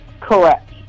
Correct